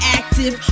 active